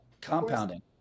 compounding